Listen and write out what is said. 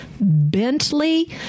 Bentley